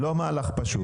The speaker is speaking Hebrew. לא מהלך פשוט?